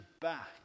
back